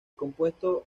compuesto